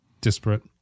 disparate